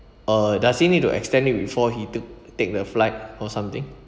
uh does he need to extend it before he took take the flight or something